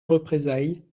représailles